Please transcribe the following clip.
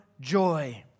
joy